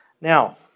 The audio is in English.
Now